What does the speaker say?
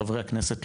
לחברי הכנסת,